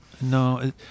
No